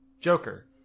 Joker